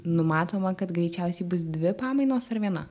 numatoma kad greičiausiai bus dvi pamainos ar viena